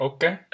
Okay